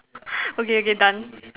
okay okay done